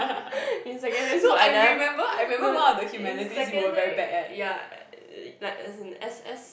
in secondary school I never no in secondary ya like as in S_S